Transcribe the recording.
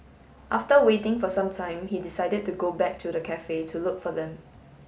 after waiting for some time he decided to go back to the cafe to look for them